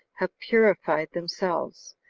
have purified themselves.